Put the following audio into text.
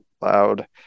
Loud